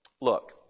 Look